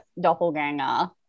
doppelganger